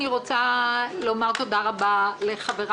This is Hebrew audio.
אני רוצה לומר תודה לחבריי,